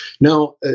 now